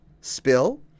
spill